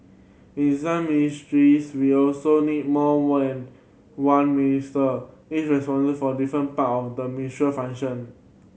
in some ministries we also need more one one Minister each responsible for a different part of the ministry function